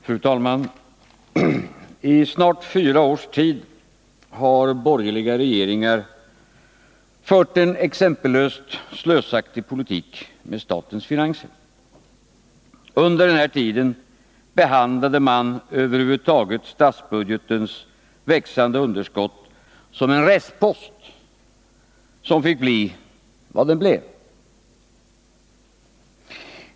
Fru talman! I snart fyra års tid har borgerliga regeringar fört en exempellöst slösaktig politik med avseende på statens finanser. Under denna tid behandlade man över huvud taget statsbudgetens växande underskott som en restpost som fick bli vad den blev.